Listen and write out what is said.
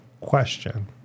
Question